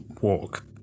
walk